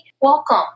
welcome